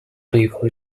people